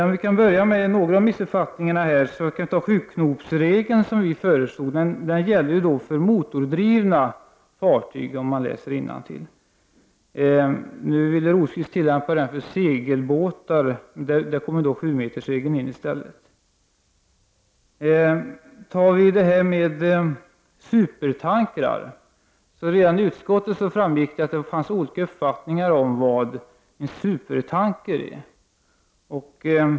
Jag kan börja med någon av missuppfattningarna. Vi i miljöpartiet föreslog t.ex. 7-knopsregeln. Den gäller för motordrivna fartyg — om man läser innantill. Nu vill Rosqvist tillämpa den regeln för segelbåtar. Där kommer 7-metersregeln in i stället. Det finns även supertankrar. Redan i utskottet framgick det att det fanns olika uppfattningar om vad en supertanker är.